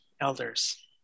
elders